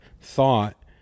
thought